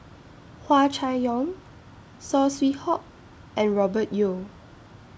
Hua Chai Yong Saw Swee Hock and Robert Yeo